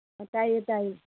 ꯇꯥꯏꯌꯦ ꯇꯥꯏꯌꯦ